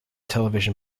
television